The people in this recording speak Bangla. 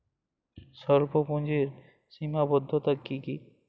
স্বল্পপুঁজির সীমাবদ্ধতা কী কী?